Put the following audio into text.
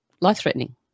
life-threatening